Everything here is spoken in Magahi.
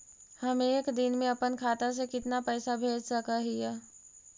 हम एक दिन में अपन खाता से कितना पैसा भेज सक हिय?